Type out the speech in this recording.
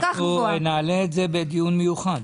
אנחנו נעלה את זה בדיון מיוחד.